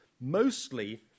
mostly